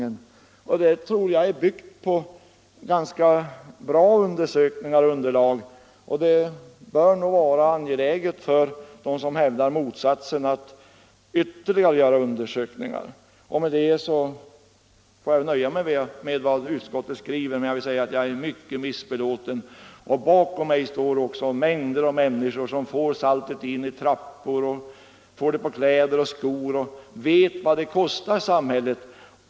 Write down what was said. Den uppgiften tror jag är byggd på bra undersökningar, och det bör nog vara angeläget för dem som hävdar motsatsen att göra ytterligare undersökningar. Jag kan ju inte ändra på vad utskottet skriver, men jag måste säga att jag är mycket missbelåten. Bakom mig har jag då mängder av människor som får salt in i sina trappor och på kläder och skor och vet vad det kostar samhället.